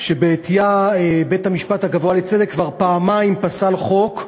שבעטיה בית-המשפט הגבוה לצדק כבר פעמיים פסל חוק,